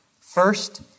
First